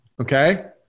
Okay